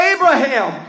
Abraham